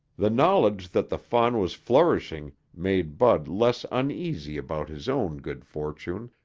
the knowledge that the fawn was flourishing made bud less uneasy about his own good fortune,